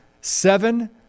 seven